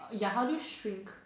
ya how do you stink